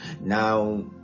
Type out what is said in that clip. now